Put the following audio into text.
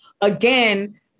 again